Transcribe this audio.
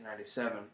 1997